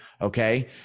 Okay